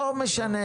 לא משנה.